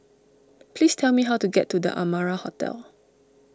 please tell me how to get to the Amara Hotel